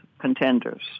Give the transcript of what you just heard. contenders